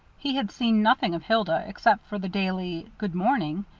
he had seen nothing of hilda, except for the daily good morning,